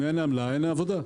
אם אין עמלה אין עבודה.